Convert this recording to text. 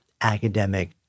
academic